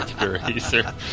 eraser